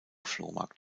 flohmarkt